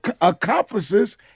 accomplices